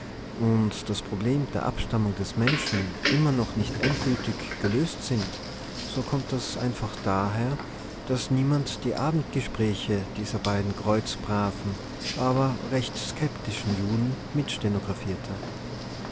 und das problem der abstammung des menschen immer noch nicht endgültig gelöst sind so kommt das einfach daher daß niemand die abendgespräche dieser beiden kreuzbraven aber recht skeptischen juden mitstenographierte